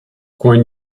when